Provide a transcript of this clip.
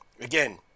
again